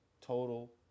Total